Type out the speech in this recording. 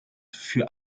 für